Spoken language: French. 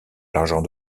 l’argent